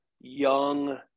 young